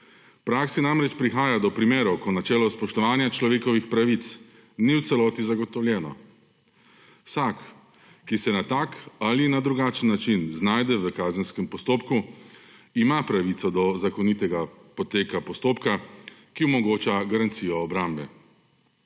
praksi namreč prihaja do primerov, ko načelo spoštovanja človekovih pravic ni v celoti zagotovljeno. Vsak, ki se na tak ali na drugačen način znajde v kazenskem postopku, ima pravico do zakonitega poteka postopka, ki omogoča garancijo obrambe.